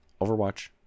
overwatch